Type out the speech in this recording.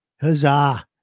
Huzzah